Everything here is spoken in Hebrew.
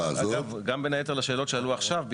אגב, גם בין היתר לשאלות שעלו עכשיו.